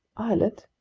islet?